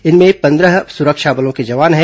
इनमें पंद्रह सुरक्षा बलों के जवान हैं